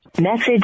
Message